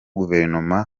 guverinoma